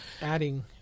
adding